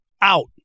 out